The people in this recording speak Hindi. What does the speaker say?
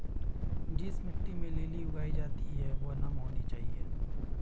जिस मिट्टी में लिली उगाई जाती है वह नम होनी चाहिए